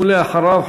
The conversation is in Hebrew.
ואחריו,